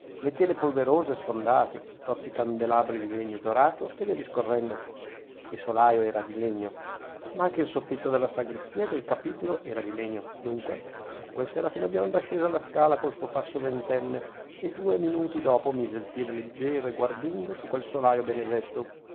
le tele polverose e sfondate i tozzi candelabri di legno dorato e via discorrendo il solaio era di legno ma anche il soffitto della sagrestia e del capitolo era di legno dunque dunque il serafino biondo ascese la scala col suo passo ventenne e due minuti dopo mise il piede leggiero e guardingo su quel solaio benedetto